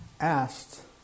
asked